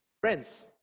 Friends